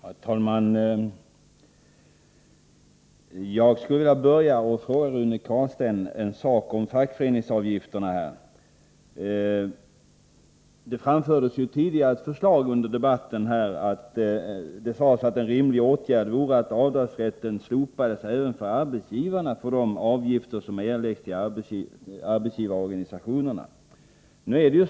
Herr talman! Jag skulle vilja börja med att ställa en fråga till Rune Carlstein om fackföreningsavgifterna. Tidigare under debatten sades det att en rimlig åtgärd vore att även avdragsrätten för arbetsgivarna slopades för de avgifter som erläggs till arbetsgivarorganisationerna.